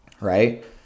right